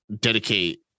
dedicate